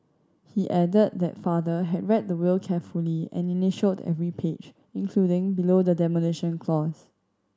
he added that father had read the will carefully and initialled every page including below the demolition clause